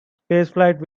spaceflight